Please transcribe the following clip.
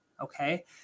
Okay